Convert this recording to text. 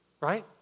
Right